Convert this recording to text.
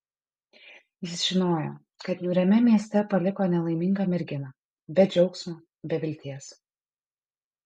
jis žinojo kad niūriame mieste paliko nelaimingą merginą be džiaugsmo be vilties